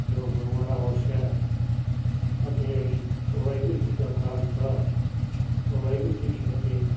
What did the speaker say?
ਜੋ ਗੁਰੂਆਂ ਦਾ ਬਖਸ਼ਿਆ ਫਤਿਹ ਹੈਗੀ ਵਾਹਿਗੁਰੂ ਜੀ ਕਾ ਖਾਲਸਾ ਵਾਹਿਗੁਰੂ ਜੀ ਕੀ ਫਤਿਹ